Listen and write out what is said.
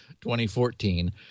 2014